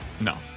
No